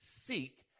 Seek